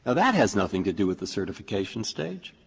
ah that has nothing to do with the certification stage.